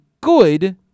good